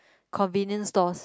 convenient stores